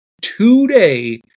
today